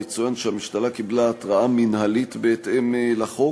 יצוין שהמשתלה קיבלה התראה מינהלית בהתאם לחוק,